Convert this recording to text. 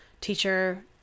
teacher